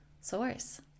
source